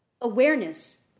awareness